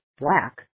black